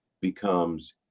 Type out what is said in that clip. becomes